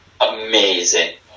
Amazing